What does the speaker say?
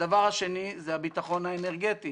השני הוא הביטחון האנרגטי